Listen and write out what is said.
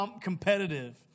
competitive